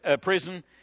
prison